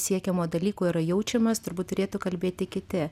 siekiamo dalyko yra jaučiamas turbūt turėtų kalbėti kiti